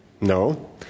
No